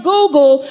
Google